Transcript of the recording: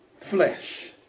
Flesh